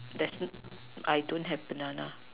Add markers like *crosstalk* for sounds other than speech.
there's *noise* I don't have banana